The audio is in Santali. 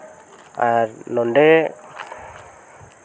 ᱟᱨ ᱱᱚᱰᱮ